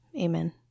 amen